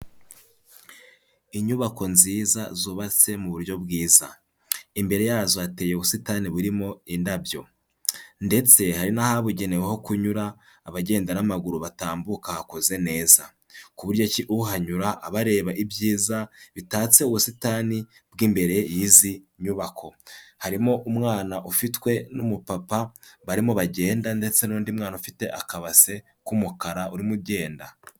Inyubako nziza zubatse mu buryo bwiza. Imbere yazo hateye ubusitani burimo indabyo. Ndetse hari n'ahabugenewe ho kunyura, abagenda n'amaguru batambuka hakoze neza. Ku buryo ki uhanyura aba areba ibyiza, bitatse ubusitani bw'imbere y'izi nyubako. Harimo umwana ufitwe n'umupapa, barimo bagenda ndetse n'undi mwana ufite akabase k'umukara, urimo ugenda.